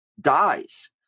dies